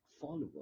followers